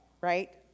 right